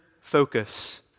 focus